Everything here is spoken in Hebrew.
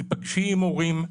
תיפגשי עם הורים,